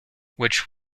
which